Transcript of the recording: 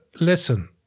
Listen